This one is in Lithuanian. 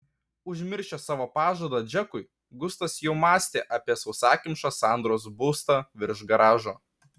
užmiršęs savo pažadą džekui gustas jau mąstė apie sausakimšą sandros būstą virš garažo